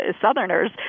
Southerners